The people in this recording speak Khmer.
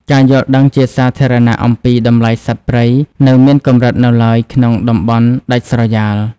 ការយល់ដឹងជាសាធារណៈអំពីតម្លៃសត្វព្រៃនៅមានកម្រិតនៅឡើយក្នុងតំបន់ដាច់ស្រយាល។